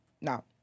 Now